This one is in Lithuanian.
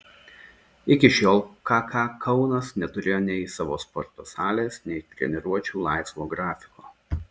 iki šiol kk kaunas neturėjo nei savo sporto salės nei treniruočių laisvo grafiko